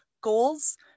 goals